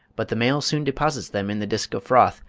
but the male soon deposits them in the disc of froth,